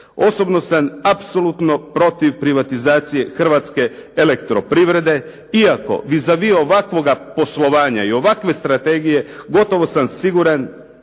Osobno sam apsolutno protiv privatizacije Hrvatske elektroprivrede. Iako vis a vis ovakvoga poslovanja i ovakve strategije, gotovo sam siguran